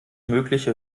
mögliche